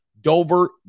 Dover